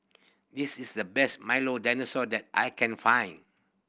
this is the best Milo Dinosaur that I can find